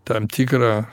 tam tikrą